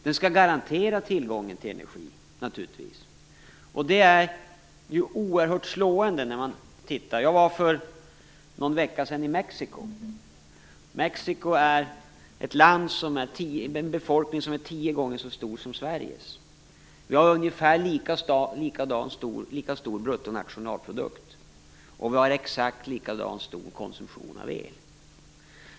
Den skall naturligtvis garantera tillgången till energi. Jag var för någon vecka sedan i Mexico. Mexico är ett land som har en befolkning som är tio gånger så stor som Sveriges. Det är oerhört slående att vi har ungefär lika stor bruttonationalprodukt och att vi har exakt lika stor konsumtion av el.